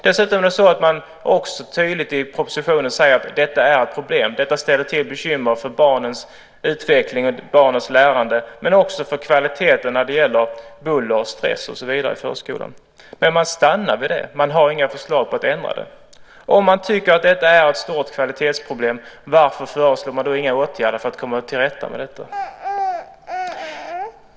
Dessutom säger man tydligt i propositionen att detta är ett problem och att det ställer till bekymmer för barnens utveckling och lärande men också för kvaliteten när det gäller buller, stress och så vidare i förskolan. Men man stannar vid det. Man har inga förslag för att ändra det. Om man tycker att det är ett stort kvalitetsproblem, varför föreslår man då inga åtgärder för att komma till rätta med det?